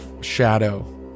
shadow